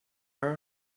her